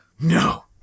No